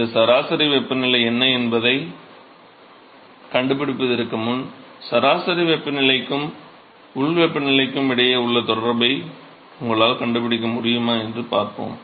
இந்த சராசரி வெப்பநிலை என்ன என்பதைக் கண்டுபிடிப்பதற்கு முன் சராசரி வெப்பநிலைக்கும் உண்மையான உள் வெப்பநிலைக்கும் இடையே உள்ள தொடர்பை உங்களால் கண்டுபிடிக்க முடியுமா என்று பார்ப்போம்